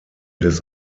des